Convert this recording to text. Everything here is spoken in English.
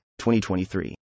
2023